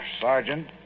Sergeant